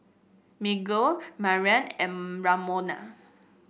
Miguel Mariann and Ramona